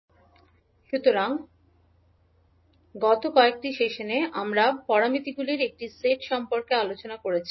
নমস্কার সুতরাং গত কয়েকটি সেশনে আমরা প্যারামিটারগুলির একটি সেট সম্পর্কে আলোচনা করেছি